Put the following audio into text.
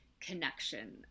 connection